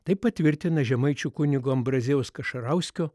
tai patvirtina žemaičių kunigo ambraziejaus kašarauskio